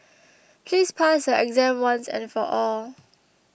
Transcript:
please pass your exam once and for all